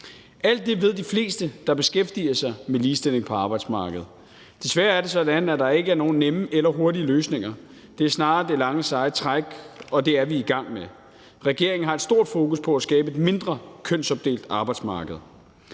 Alt det ved de fleste, der beskæftiger sig med ligestilling på arbejdsmarkedet. Desværre er det sådan, at der ikke er nogen nemme eller hurtige løsninger; det er snarere det lange seje træk, og det er vi i gang med. Regeringen har et stort fokus på at skabe et mindre kønsopdelt arbejdsmarked.